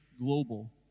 global